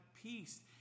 peace